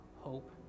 hope